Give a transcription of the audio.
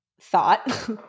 thought